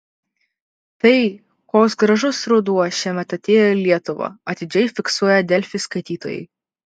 tai koks gražus ruduo šiemet atėjo į lietuvą atidžiai fiksuoja delfi skaitytojai